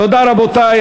תודה, רבותי.